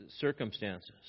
circumstances